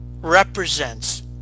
represents